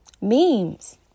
Memes